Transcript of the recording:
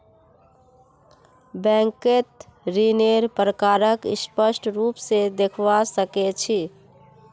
बैंकत ऋन्नेर प्रकारक स्पष्ट रूप से देखवा सके छी